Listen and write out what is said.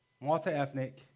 Multi-ethnic